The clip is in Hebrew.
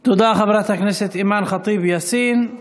תודה, חברת הכנסת אימאן ח'טיב יאסין.